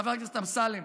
חבר הכנסת אמסלם,